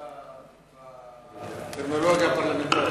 מה יותר קשה בטרמינולוגיה הפרלמנטרית,